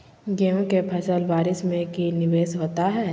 गेंहू के फ़सल के बारिस में की निवेस होता है?